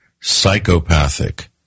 psychopathic